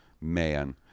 Man